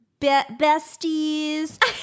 besties